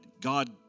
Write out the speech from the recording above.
God